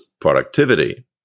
productivity